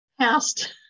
past